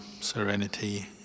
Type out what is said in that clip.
serenity